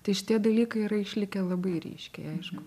tai šitie dalykai yra išlikę labai ryškiai aišku